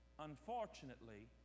unfortunately